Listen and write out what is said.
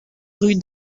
rue